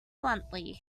bluntly